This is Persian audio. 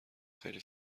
خیلی